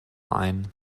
ein